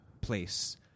place